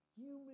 human